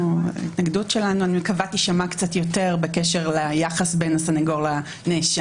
ההתנגדות שלנו אני מקווה תישמע קצת יותר ביחס בין הסנגור לנאשם.